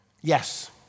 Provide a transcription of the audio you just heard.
Yes